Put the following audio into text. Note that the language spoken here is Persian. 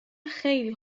خیلی